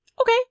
Okay